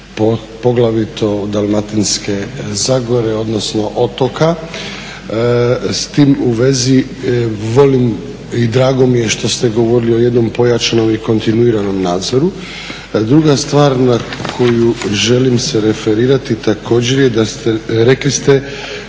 poglavito Dalmatinske zagore odnosno otoka. S tim u vezi volim i drago mi je što ste govorili o jednom pojačanom i kontinuiranom nadzoru. A druga stvar na koju se želim referirati također ste rekli da